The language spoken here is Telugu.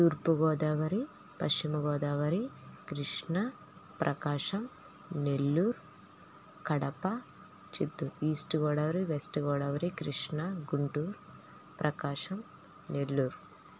తూర్పు గోదావరి పశ్చిమ గోదావరి కృష్ణ ప్రకాశం నెల్లూర్ కడప చిత్తూర్ ఈస్ట్ గోడావరి వెస్ట్ గోడావరి కృష్ణ గుంటూర్ ప్రకాశం నెల్లూర్